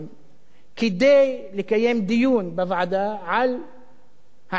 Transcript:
כדי לקיים דיון בוועדה על העניין של הזה,